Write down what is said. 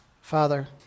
Father